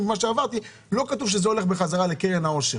ממה שעברתי לא כתוב שזה הולך בחזרה לקרן העושר.